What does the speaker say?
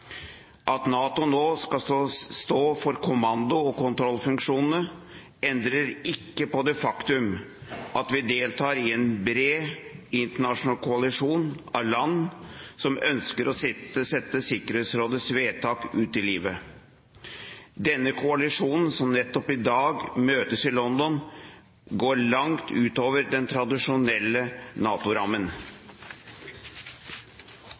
At NATO nå skal stå for kommando- og kontrollfunksjonene, endrer ikke på det faktum at vi deltar i en bred internasjonal koalisjon av land som ønsker å sette Sikkerhetsrådets vedtak ut i livet. Denne koalisjonen som nettopp i dag møtes i London, går langt utover den tradisjonelle